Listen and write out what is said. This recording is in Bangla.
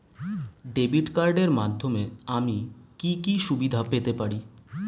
ডেবিট কার্ডের মাধ্যমে আমি কি কি সুবিধা পেতে পারি?